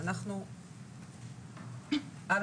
נעבור על